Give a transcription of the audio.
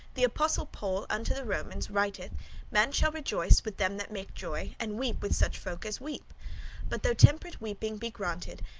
the apostle paul unto the romans writeth, man shall rejoice with them that make joy, and weep with such folk as weep but though temperate weeping be granted,